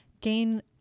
gain